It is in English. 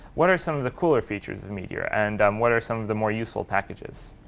what are some of the cooler features of meteor, and um what are some of the more useful packages.